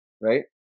right